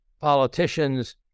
politicians